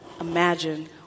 imagine